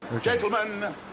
Gentlemen